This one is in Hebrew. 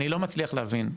אני לא מצליח להבין.